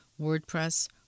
WordPress